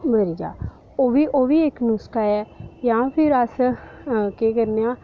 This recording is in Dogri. मरी जा ओह् ओह् बी इक नुस्का ऐ जा फ्ही अस केह् करनें आं